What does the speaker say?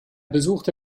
besuchte